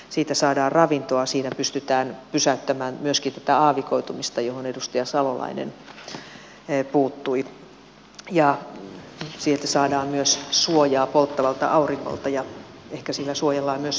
siitä saadaan ravintoa sen avulla pystytään pysäyttämään myöskin tätä aavikoitumista johon edustaja salolainen puuttui ja siitä saadaan myös suojaa polttavalta auringolta ja ehkä sillä suojellaan myös vesivaroja